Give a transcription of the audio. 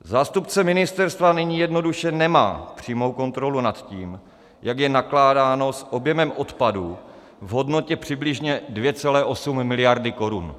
Zástupce ministerstvy nyní jednoduše nemá přímou kontrolu nad tím, jak je nakládáno s objemem odpadu v hodnotě přibližně 2,8 mld. korun.